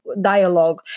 dialogue